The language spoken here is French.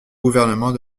gouvernement